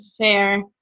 share